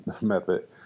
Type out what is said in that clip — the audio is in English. method